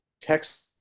text